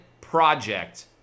project